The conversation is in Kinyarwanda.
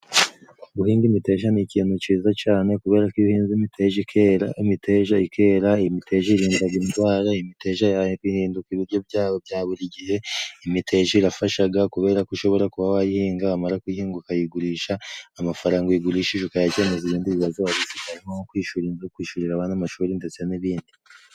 Guhinga imiteja ni ikintu ciza cane kubera ko iyo uhinze imiteja ikera imiteje ikera imiteja irindaga indwara imiteja ihinduka ibiryo byawe bya buri gihe imiteja irafashaga kubera ko ushobora kuba wayihinga wamara kuyihinga ukayigurisha amafaranga uyigurishije ukayakemuza ibindi bibazo warufite harimo nko kwishura inzu, kwishurira abana amashuri ndetse n'ibindi.